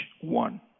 one